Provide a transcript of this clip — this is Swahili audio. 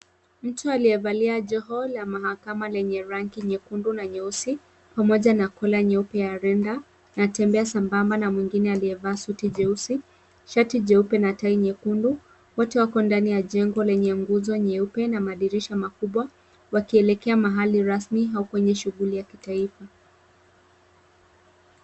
Mtu aliyevalia joho la mahakama lenye rangi nyekundu na nyeusi pamoja na kola nyeupe ya renda anatembea sambamba na mwingine aliyevaa suti jeusi, shati jeupe na tai nyekundu. Wote wako ndani ya jengo lenye nguzo nyeupe na madirisha makubwa wakielekea mahali rasmi au kwenye shughuli ya kitaifa.